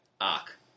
arc